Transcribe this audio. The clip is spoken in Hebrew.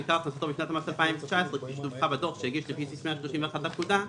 עיקר הכנסתו בשנת המס 2019 כפי שדווחה בדוח שהגיש לפי סעיף 131 לפקודה,